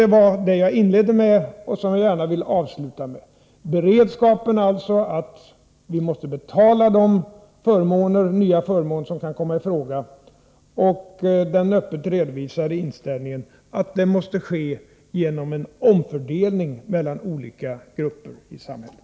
Det var detta jag inledde med och som jag gärna vill avsluta med: beredskapen, att man alltså måste betala de nya förmåner som kan komma i fråga, och den öppet redovisade inställningen att detta måste ske genom en omfördelning mellan olika grupper i samhället.